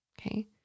okay